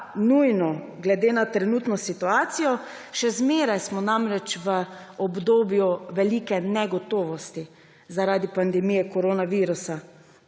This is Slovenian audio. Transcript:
nujno glede na trenutno situacijo. Še zmeraj smo namreč v obdobju velike negotovosti zaradi pandemije koronavirusa.